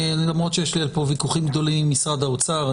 למרות שיש לי פה ויכוחים גדולים עם משרד האוצר,